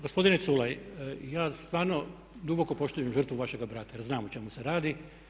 Gospodine Culej, ja stvarno duboko poštujem žrtvu vašega brata jer znam o čemu se radi.